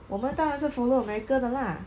我们当然是 follow america 的啦